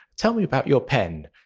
tell me about your pen.